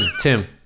Tim